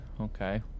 okay